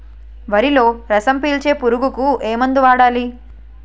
వరిలో రసం పీల్చే పురుగుకి ఏ మందు వాడాలి?